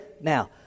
Now